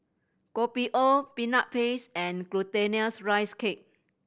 Kopi O Peanut Paste and Glutinous Rice Cake